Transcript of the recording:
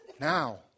now